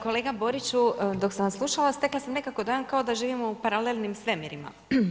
Kolega Boriću, dok sam vas slušala stekla sam nekako dojam kao da živimo u paralelnim svemirima.